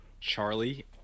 Charlie